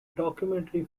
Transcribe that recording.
documentary